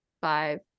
five